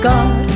God